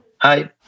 Hi